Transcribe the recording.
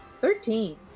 Thirteen